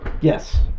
Yes